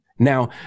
Now